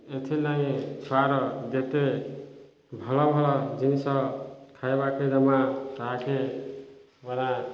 ସେଥିଲାଗି ଛୁଆର ଯେତେ ଭଲ ଭଲ ଜିନିଷ ଖାଇବାକୁ ଦେବା ତାହାକୁ ମାନେ